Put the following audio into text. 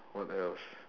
what else